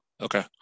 Okay